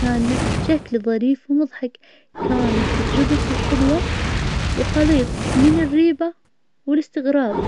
حوله يهتز ويتحرك, كانت تجربة مدهشة, وخلتني افكر في قوة الطبيعة وعجائبها, وكيف الله سبحانه وتعالى خلق الحيوانات.